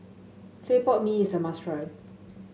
Clay Pot Mee is a must try